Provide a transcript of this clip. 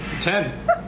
Ten